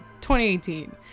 2018